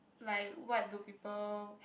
like what do people